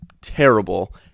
terrible